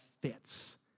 fits